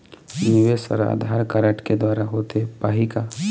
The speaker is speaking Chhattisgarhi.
निवेश हर आधार कारड के द्वारा होथे पाही का?